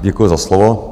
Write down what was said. Děkuji za slovo.